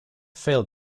fail